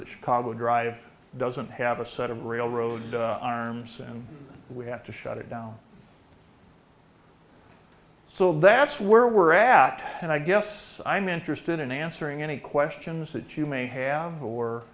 that chicago drive doesn't have a set of railroad arms and we have to shut it down so that's where we're at and i guess i'm interested in answering any questions that you may have